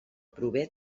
prové